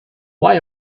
why